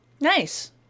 Nice